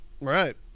Right